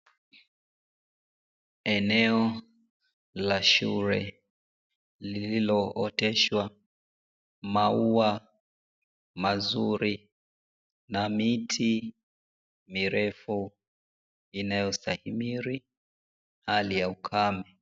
Eneo la shule lililooteshwa maua mazuri, na miti mirefu inayostahimili hali ya ukame.